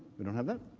we don't have that?